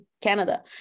Canada